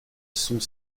sont